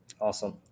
Awesome